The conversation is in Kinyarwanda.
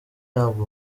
ihabwa